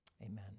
Amen